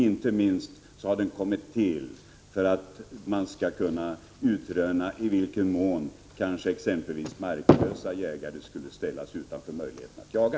Inte minst har den kommit till för att man skall kunna utröna i vilken mån exempelvis marklösa jägare skulle ställas utanför möjligheten att jaga.